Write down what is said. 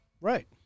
Right